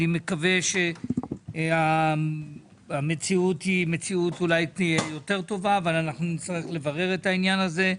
אני מקווה שהמציאות תהיה יותר טובה אבל נצטרך לברר את העניין הזה.